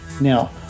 Now